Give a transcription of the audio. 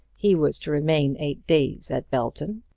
he was to remain eight days at belton,